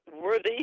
worthy